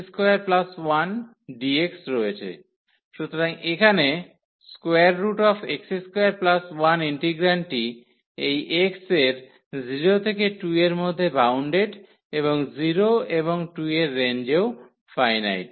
সুতরাং এখানে x21 ইন্টিগ্রান্ডটি এই x এর 0 থেকে 2 এর মধ্যে বাউন্ডেড এবং 0 এবং 2 এর রেঞ্জেও ফাইনাইট